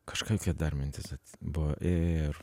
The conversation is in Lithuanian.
kažkokia dar mintis vat buvo ėjo ir